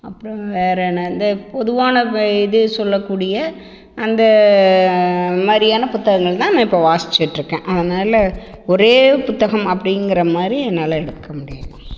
அப்றம் வேற என்ன இந்த பொதுவான இது சொல்லக்கூடிய அந்த மாதிரியான புத்தகங்கள்தான் நான் இப்போது வாசிச்சிகிட்டுருக்கேன் அதனால் ஒரே புத்தகம் அப்படிங்குறமாரி என்னால் எடுக்கமுடியாது